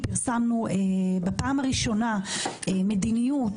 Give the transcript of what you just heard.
בפעם הראשונה מדיניות